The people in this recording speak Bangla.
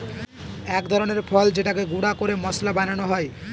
এক ধরনের ফল যেটাকে গুঁড়া করে মশলা বানানো হয়